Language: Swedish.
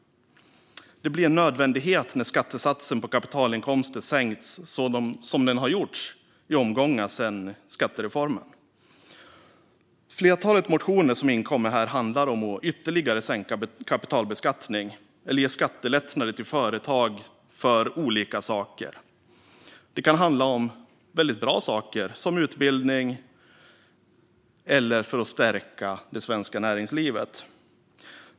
Det blir en nödvändighet när skattesatsen på kapitalinkomster sänkts så som har gjorts i omgångar sedan skattereformen. Flertalet motioner som inkommit handlar om att ytterligare sänka kapitalbeskattning eller ge skattelättnader till företag för olika saker. Det kan handla om väldigt bra saker, som utbildning eller att stärka det svenska näringslivet.